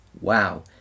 wow